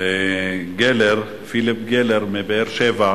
פיליפ גלר מבאר-שבע,